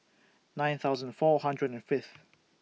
nine thousand four hundred and Fifth